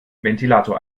ventilator